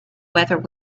whether